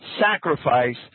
sacrifice